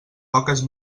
poques